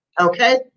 Okay